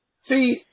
See